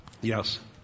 Yes